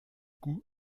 coups